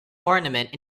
ornament